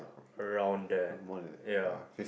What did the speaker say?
around there ya